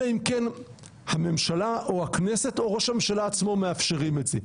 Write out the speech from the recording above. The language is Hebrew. אלא אם כן הממשלה או הכנסת או ראש הממשלה עצמו מאפשרים את זה.